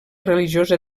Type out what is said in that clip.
religiosa